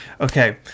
okay